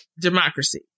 democracy